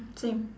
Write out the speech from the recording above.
same